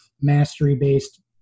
mastery-based